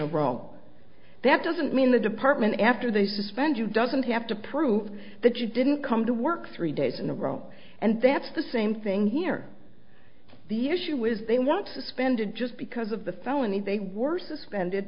a row that doesn't mean the department after they suspend you doesn't have to prove that you didn't come to work three days in a row and that's the same thing here the issue is they want suspended just because of the felony they were suspend